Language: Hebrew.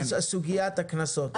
על סוגיית הקנסות.